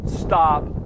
stop